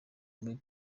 muri